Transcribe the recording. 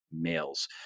males